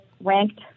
ranked